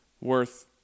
worth